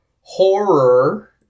horror